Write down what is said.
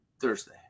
Thursday